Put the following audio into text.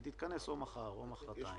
היא תתכנס או מחר או מוחרתיים.